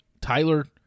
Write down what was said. Tyler